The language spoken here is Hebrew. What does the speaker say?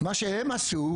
מה שהם עשו